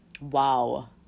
wow